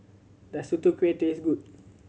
does Tutu Kueh taste good